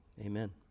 Amen